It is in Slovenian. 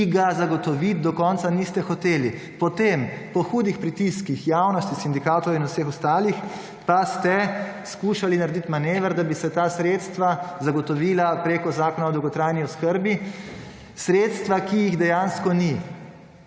ki ga zagotoviti do konca niste hoteli. Potem, po hudih pritiskih javnosti, sindikatov in vseh ostalih pa ste skušali narediti manever, da bi se ta sredstva zagotovila preko Zakona o dolgotrajni oskrbi, sredstva ki jih dejansko ni